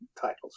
titles